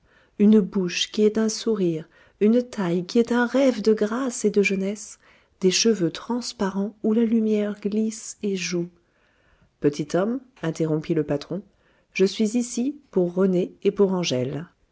une bouche qui est un sourire une taille qui est un rêve de grâce et de jeunesse des cheveux transparents où la lumière glisse et joue petit homme interrompit le patron je suis ici pour rené et pour angèle